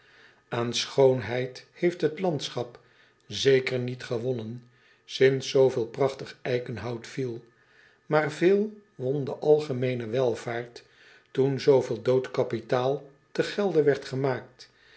an schoonheid heeft het landschap zeker niet gewonnen sints zooveel prachtig eikenhout viel maar veel won de algemeene welvaart toen zooveel dood kapitaal te gelde werd gemaakt